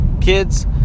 kids